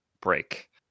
break